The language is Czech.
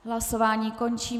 Hlasování končím.